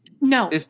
no